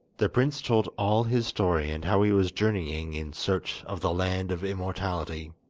the prince told all his story and how he was journeying in search of the land of immortality.